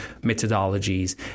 methodologies